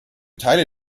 teile